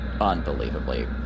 unbelievably